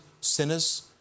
sinners